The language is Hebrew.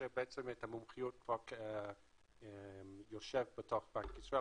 כשבעצם המומחיות כבר קיימת בתוך בנק ישראל,